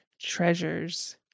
treasures